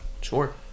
sure